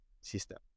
system